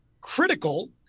critical